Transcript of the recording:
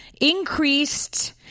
increased